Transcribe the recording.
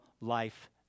life